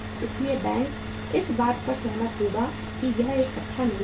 इसलिए बैंक इस बात पर सहमत होगा कि यह एक अच्छा निवेश है